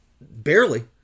barely